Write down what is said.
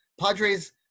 Padres